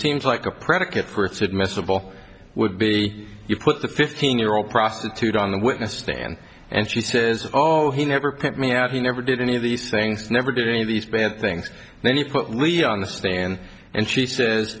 seems like a predicate for it's admissible would be you put the fifteen year old prostitute on the witness stand and she says oh he never picked me out he never did any of these things never did any of these bad things and then he put lee on the stand and she says